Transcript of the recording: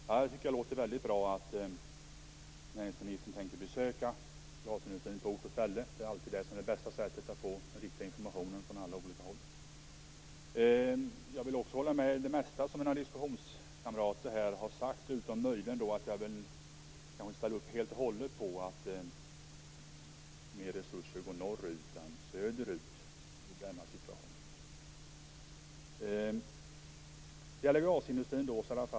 Herr talman! Det är väldigt bra att näringsministern tänker besöka glasindustrin på ort och ställe. Det är bästa sättet att få riktig information från alla olika håll. Jag kan instämma i det mesta som mina debattkamrater här har sagt. Möjligen ställer jag inte helt och hållet upp på resonemanget om att mera resurser går norrut jämfört med vad som går söderut i denna situation.